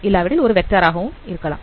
இல்லாவிடில் ஒரு வெக்டார் ஆக இருக்கலாம்